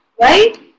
Right